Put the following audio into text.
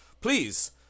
Please